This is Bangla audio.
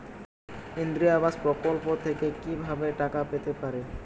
ইন্দিরা আবাস প্রকল্প থেকে কি ভাবে টাকা পেতে পারি?